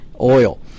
oil